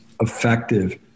effective